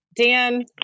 Dan